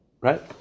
Right